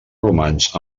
romans